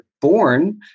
born